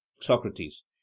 socrates